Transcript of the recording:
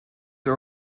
are